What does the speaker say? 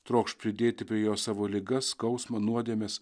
trokš pridėti prie jo savo ligas skausmą nuodėmes